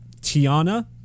tiana